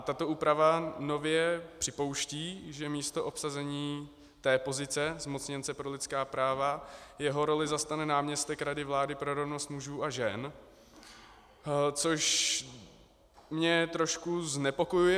Tato úprava nově připouští, že místo obsazení pozice zmocněnce pro lidská práva jeho roli zastane náměstek Rady vlády pro rovnost mužů a žen, což mě trošku znepokojuje.